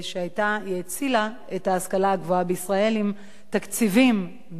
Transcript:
היא הצילה את ההשכלה הגבוהה בישראל עם תקציבים בשווי